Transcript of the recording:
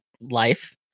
life